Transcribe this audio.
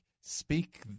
speak